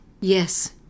Yes